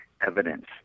evidence